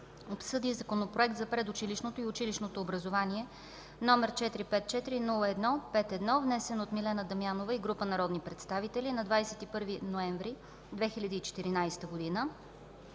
обсъди Законопроект за предучилищното и училищното образование, № 454-01-51, внесен от Милена Дамянова и група народни представители на 21 ноември 2014 г.,